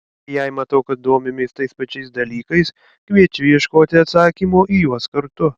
jei matau kad domimės tais pačiais dalykais kviečiu ieškoti atsakymo į juos kartu